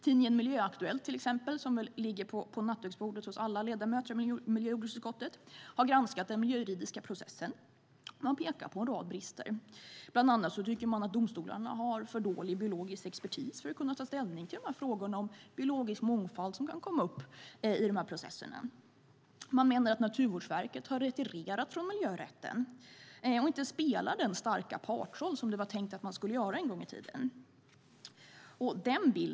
Tidningen Miljöaktuellt, som väl ligger på nattduksbordet hos alla ledamöter i miljö och jordbruksutskottet, har granskat den miljöjuridiska processen och pekar på en rad brister. Bland annat tycker de att domstolarna har för dålig biologisk expertis för att kunna ta ställning till frågorna om biologisk mångfald som kan komma upp i de här processerna. De menar att Naturvårdsverket har retirerat från miljörätten och inte spelar den starka partsroll som verket var tänkt att göra en gång i tiden för att balansera verksamhetsintressena.